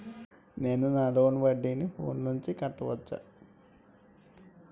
నేను నా లోన్ వడ్డీని ఫోన్ నుంచి కట్టవచ్చా?